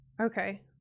Okay